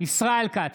ישראל כץ,